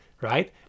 right